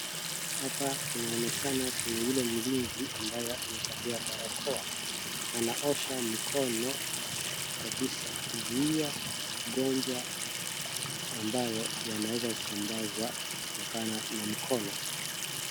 Hapa inaonekana kuna yule mlinzi ambaye amevalia barakoa anaosha mikono kabisa kuzuia ugonjwa ambayo yanaweza sambazwa kutokana na mkono.